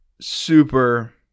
super